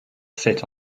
sit